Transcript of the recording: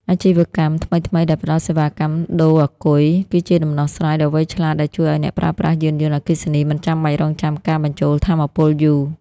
អាជីវកម្មថ្មីៗដែលផ្ដល់សេវាកម្មដូរអាគុយ គឺជាដំណោះស្រាយដ៏វៃឆ្លាតដែលជួយឱ្យអ្នកប្រើប្រាស់យានយន្តអគ្គិសនីមិនចាំបាច់រង់ចាំការបញ្ចូលថាមពលយូរ។